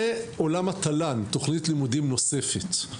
ועולם התל"ן שזאת תכנית לימודית נוספת.